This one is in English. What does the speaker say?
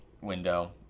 window